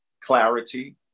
clarity